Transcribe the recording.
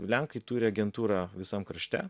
lenkai turi agentūrą visam krašte